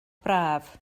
braf